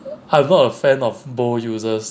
I'm not a fan of bow users